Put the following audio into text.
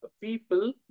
people